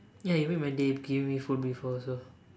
ya you made my day be giving me food before also